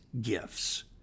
gifts